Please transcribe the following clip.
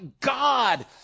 God